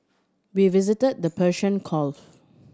we visited the Persian Gulf